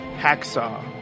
hacksaw